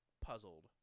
puzzled